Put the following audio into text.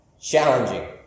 challenging